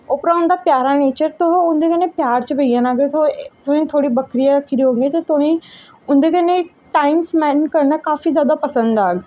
उप्परा दा उं'दा प्यारा नेचर ते उं''दे कन्नै प्यार च पेई जाना अगर थ्होड़ियां बक्करियां रक्खी दियां होङन ते तुसेंगी उं'दे कन्नै टाइम स्पैंड करना काफी जादा पसंद आग